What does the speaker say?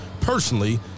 personally